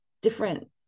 different